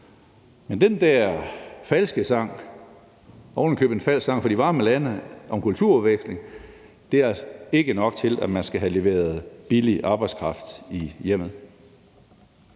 Men den der falske sang, ovenikøbet en falsk sang fra de varme lande, om kulturudveksling er ikke nok til, at man skal have leveret billig arbejdskraft i hjemmet.